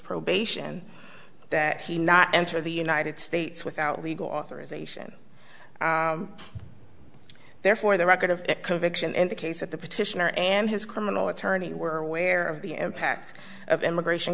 probation that he not enter the united states without legal authorization therefore the record of a conviction and the case at the petitioner and his criminal attorney were aware of the impact of immigration